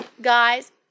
guys